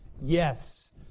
yes